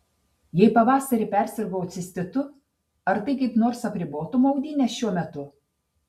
jei pavasarį persirgau cistitu ar tai kaip nors apribotų maudynes šiuo metu